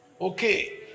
Okay